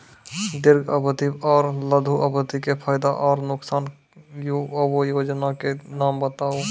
दीर्घ अवधि आर लघु अवधि के फायदा आर नुकसान? वयोजना के नाम बताऊ?